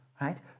right